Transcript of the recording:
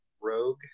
rogue